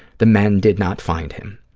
the men did not find him.